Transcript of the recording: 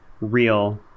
real